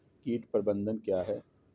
कीट प्रबंधन क्या है?